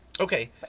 Okay